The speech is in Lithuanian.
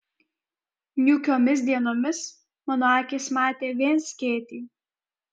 niūkiomis dienomis mano akys matė vien skėtį